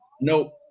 Nope